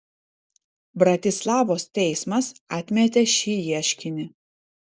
bratislavos teismas atmetė šį ieškinį